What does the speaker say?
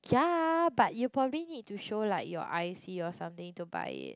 ya but you probably need to show like your I_C or something to buy it